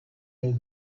old